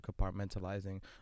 compartmentalizing